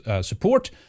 support